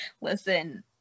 Listen